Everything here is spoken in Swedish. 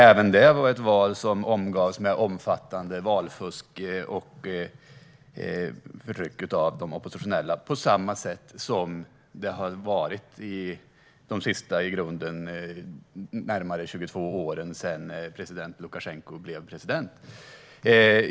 Även det valet omgavs av omfattande valfusk och förtryck av oppositionella, på samma sätt som det har varit under de senaste närmare 22 åren sedan Lukasjenko blev president.